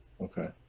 okay